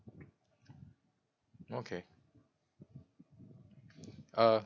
okay uh